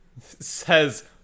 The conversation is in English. says